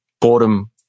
boredom